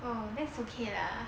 !wow! that's okay lah